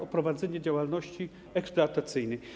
O prowadzeniu działalności eksploatacyjnej.